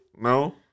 no